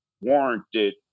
warranted